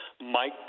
Mike